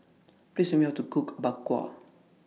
Please Tell Me How to Cook Bak Kwa